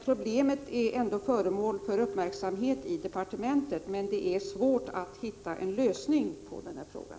Problemet är alltså föremål för uppmärksamhet i departementet, men det är svårt att hitta en lösning på den här frågan.